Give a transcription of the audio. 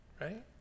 right